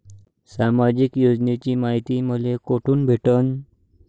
सामाजिक योजनेची मायती मले कोठून भेटनं?